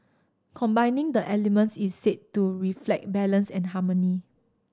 combining the elements is said to reflect balance and harmony